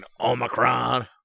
Omicron